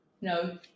No